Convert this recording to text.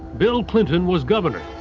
bill clinton was governor.